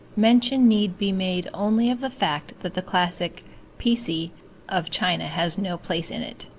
mention need be made only of the fact that the classic piecee of china has no place in it.